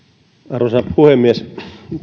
arvoisa puhemies